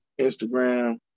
Instagram